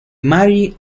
mary